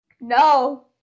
no